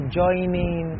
joining